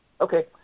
Okay